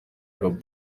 gabon